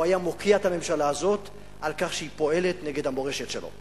הוא היה מוקיע את הממשלה הזאת על כך שהיא פועלת נגד המורשת שלו.